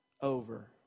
over